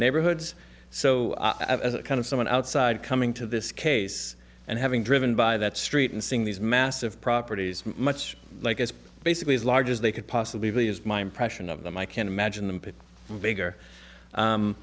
neighborhoods so i've kind of somewhat outside coming to this case and having driven by that street and seeing these massive properties much like as basically as large as they could possibly be is my impression of them i can't imagine the bigger